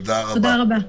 תודה רבה.